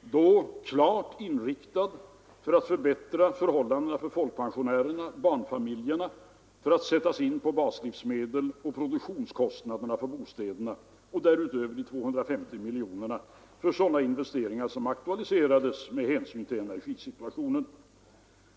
då klart inriktad på att förbättra förhållandena för folkpensionärerna och barnfamiljerna, och på att hålla nere priserna på baslivsmedel och produktionskostnaderna för bostäder, och därutöver de 250 miljonerna för investeringar som aktualiserades av energisituationen.